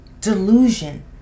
Delusion